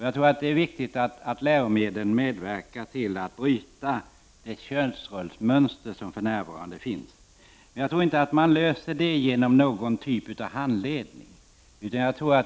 Jag tror att det är viktigt att läromedlen medverkar till att bryta det könsrollsmönster som för närvarande finns. Man löser nog inte det genom någon typ av handledning.